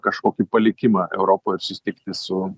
kažkokį palikimą europoj ir susitikti su